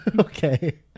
Okay